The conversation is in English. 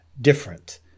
different